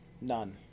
none